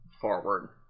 forward